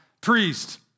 priest